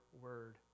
word